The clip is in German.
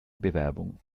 bewerbung